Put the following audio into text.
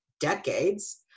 decades